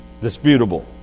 disputable